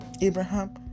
Abraham